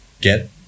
Get